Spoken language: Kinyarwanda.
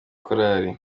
korali